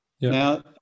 Now